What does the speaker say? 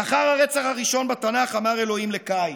לאחר הרצח הראשון בתנ"ך אמר אלוהים לקין,